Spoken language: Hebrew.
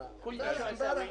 נעולה.